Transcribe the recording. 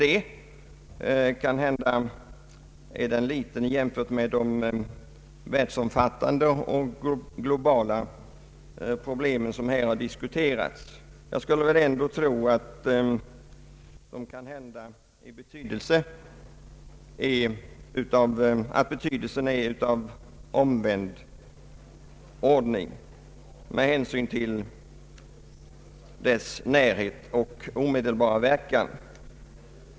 Visserligen kan den sägas vara liten i jämförelse med de globala problem som här har diskuterats, men jag skulle ändå tro att betydelsen är av omvänd ordning med hänsyn till frågans närhet och omedelbara verkningar.